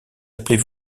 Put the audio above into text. appelez